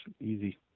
easy